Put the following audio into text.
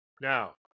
Now